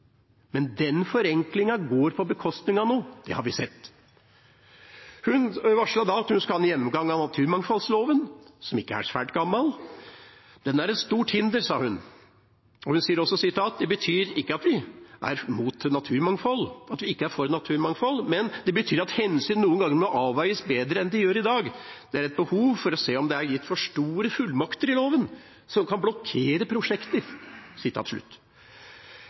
Men den forenklingen går på bekostning av noe. Det har vi sett. Hun varslet da at hun skulle ha en gjennomgang av naturmangfoldloven, som ikke er svært gammel. Den er et stort hinder, sa hun. Og hun sa også: «Det betyr ikke at vi ikke er for naturmangfold. Men det betyr at hensyn noen ganger må avveies bedre enn de gjør i dag. Det er et behov for å se om det er gitt for store fullmakter i loven, som kan blokkere prosjekter.»